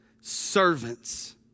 servants